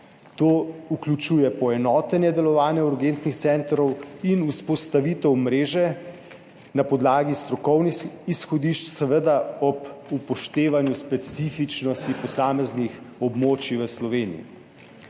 To vključuje poenotenje delovanja urgentnih centrov in vzpostavitev mreže na podlagi strokovnih izhodišč, seveda ob upoštevanju specifičnosti posameznih območij v Sloveniji.